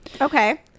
Okay